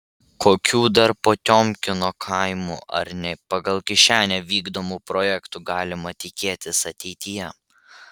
kokių dar potiomkino kaimų ar ne pagal kišenę vykdomų projektų galima tikėtis ateityje